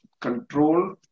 control